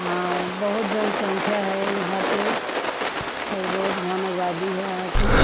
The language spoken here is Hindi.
हाँ बहुत जनसंख्या है यहाँ पर और बहुत घन आबादी है यहाँ की